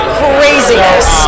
craziness